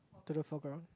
to the floor ground